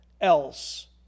else